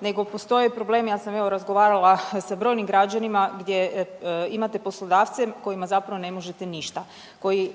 nego postoje problemi, ja sam evo, razgovarala sa brojnim građanima gdje imate poslodavce kojima zapravo ne možete ništa, koji